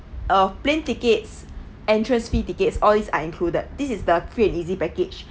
uh plane tickets entrance fee tickets all these are included this is the free and easy package